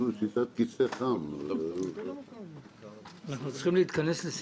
אנחנו צריכים להתכנס לסיכום.